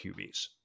QBs